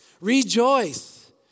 Rejoice